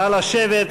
נא לשבת.